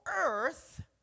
earth